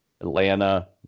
Atlanta